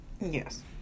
Yes